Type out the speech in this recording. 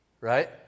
Right